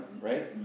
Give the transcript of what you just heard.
right